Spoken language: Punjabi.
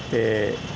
ਅਤੇ